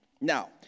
Now